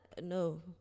no